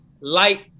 light